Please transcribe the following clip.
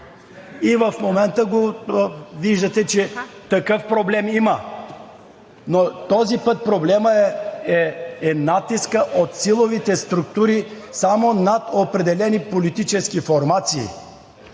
И в момента виждате, че такъв проблем има. Но този път проблемът е натискът от силовите структури само над определени политически формации.